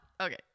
Okay